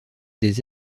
des